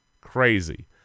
Crazy